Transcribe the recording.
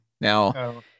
Now